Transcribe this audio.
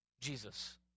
Jesus